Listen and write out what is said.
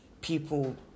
people